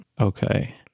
okay